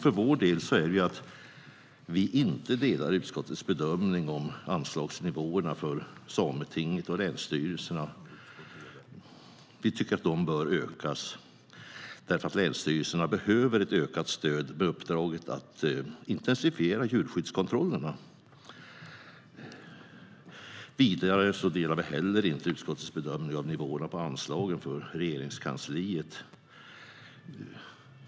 För vår del är det att vi inte delar utskottets bedömning av anslagsnivåerna för Sametinget och länsstyrelserna. Vi tycker att de bör ökas därför att länsstyrelserna behöver ett ökat stöd med uppdraget att intensifiera djurskyddskontrollerna. Vi delar heller inte utskottets bedömning av nivåerna på anslagen för Regeringskansliet.